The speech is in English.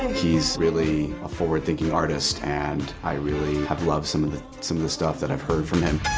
and he's really a forward thinking artist and i really have loved some of the some of the stuff that i've heard from him.